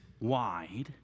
wide